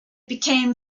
became